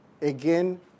again